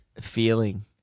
feeling